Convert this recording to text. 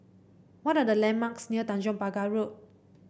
what are the landmarks near Tanjong Pagar Road